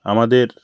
আমাদের